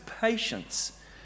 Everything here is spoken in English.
patience